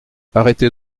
arrêtez